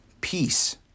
peace